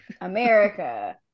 America